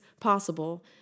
possible